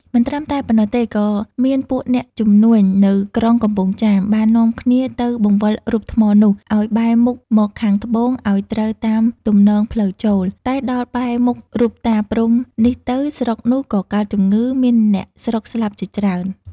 មិនត្រឹមតែប៉ុណ្ណោះទេក៏មានពួកអ្នកជំនួញនៅក្រុងកំពង់ចាម បាននាំគ្នាទៅបង្វិលរូបថ្មនោះ ឲ្យបែរមុខមកខាងត្បូងឲ្យត្រូវតាមទំនងផ្លូវចូល តែដល់បែរមុខរូបតា ព្រហ្ម នេះទៅ ស្រុកនោះក៏កើតជំងឺ មានអ្នកស្រុកស្លាប់ជាច្រើន ។